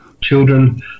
Children